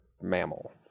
mammal